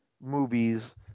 movies